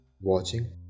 watching